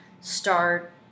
start